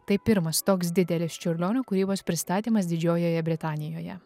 tai pirmas toks didelis čiurlionio kūrybos pristatymas didžiojoje britanijoje